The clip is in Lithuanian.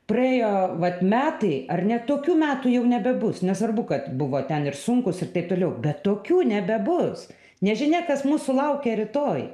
praėjo vat metai ar ne tokių metų jau nebebus nesvarbu kad buvo ten ir sunkūs ir taip toliau bet tokių nebebus nežinia kas mūsų laukia rytoj